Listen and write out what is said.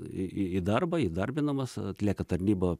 į darbą įdarbinamas atlieka tarnybą